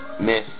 Miss